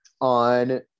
on